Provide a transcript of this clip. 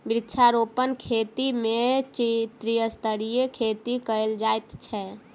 वृक्षारोपण खेती मे त्रिस्तरीय खेती कयल जाइत छै